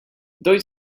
dois